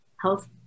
health